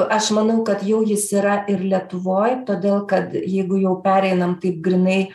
aš manau kad jau jis yra ir lietuvoj todėl kad jeigu jau pereinam taip grynai